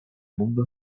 mundo